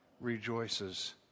rejoices